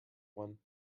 one